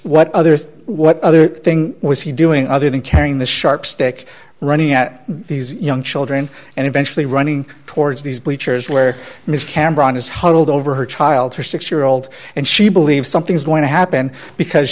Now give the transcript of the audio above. what others what other thing was he doing other than carrying the sharp stick running at these young children and eventually running towards these bleachers where miss cameron is huddled over her child her six year old and she believes something's going to happen because